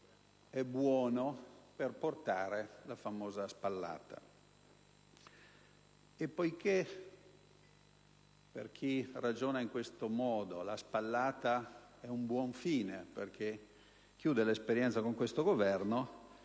è buono per dare la famosa spallata.